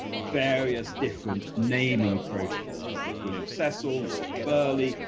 various different naming protocols whether it's william cecil, lord burghley,